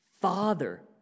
father